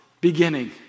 beginning